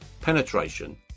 penetration